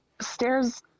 stairs